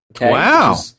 Wow